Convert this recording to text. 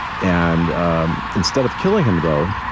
and um instead of killing him, though,